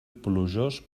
plujós